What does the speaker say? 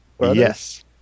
Yes